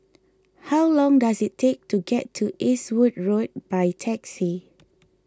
how long does it take to get to Eastwood Road by taxi